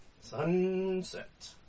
Sunset